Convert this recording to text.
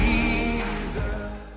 Jesus